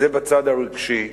זה בצד הרגשי.